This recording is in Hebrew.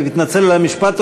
אני מתנצל על המשפט,